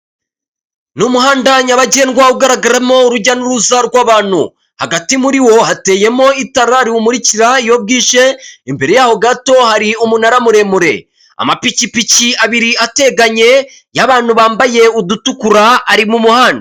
Ni umuhanda nyabagendwa ugaragaramo urujya n'uruza rw'abantu. Hagati muri wo hateyemo itara riwumukira iyo bwije, imbere yaho gato hari umunara muremure. Amapikipiki abiri ateganye, y'abantu bambaye udutukura, ari mu muhanda.